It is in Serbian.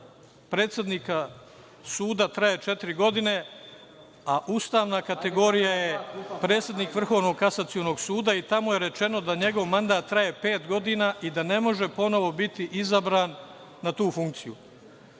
predsednika suda traje četiri godine, a ustavna kategorija je predsednik Vrhovnog kasacionog suda, i tamo je rečeno da njegov mandat traje pet godina i da ne može ponovo biti izabran na tu funkciju. Već